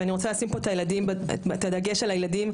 ואני רוצה לשים פה את הדגש על הילדים,